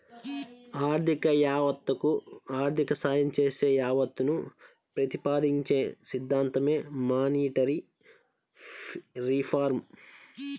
ఆర్థిక యావత్తకు ఆర్థిక సాయం చేసే యావత్తును ప్రతిపాదించే సిద్ధాంతమే మానిటరీ రిఫార్మ్